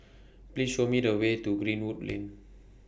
Please Show Me The Way to Greenwood Lane